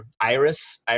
Iris